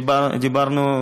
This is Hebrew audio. דיברנו,